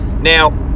Now